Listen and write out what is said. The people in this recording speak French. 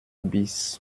bis